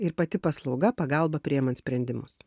ir pati paslauga pagalba priimant sprendimus